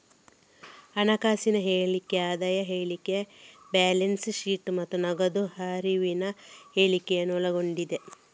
ಹಣಕಾಸಿನ ಹೇಳಿಕೆ ಆದಾಯ ಹೇಳಿಕೆ, ಬ್ಯಾಲೆನ್ಸ್ ಶೀಟ್ ಮತ್ತೆ ನಗದು ಹರಿವಿನ ಹೇಳಿಕೆಯನ್ನ ಒಳಗೊಂಡಿದೆ